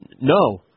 No